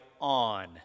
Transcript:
on